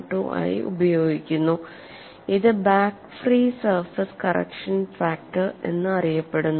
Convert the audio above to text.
12 ആയി ഉപയോഗിക്കുന്നു ഇത് back free surface correction factor എന്നറിയപ്പെടുന്നു